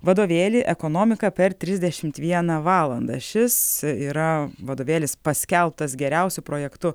vadovėlį ekonomika per trisdešimt vieną valandą šis yra vadovėlis paskelbtas geriausiu projektu